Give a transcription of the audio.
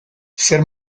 zer